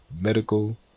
medical